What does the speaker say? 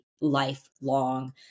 lifelong